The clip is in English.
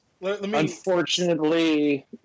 unfortunately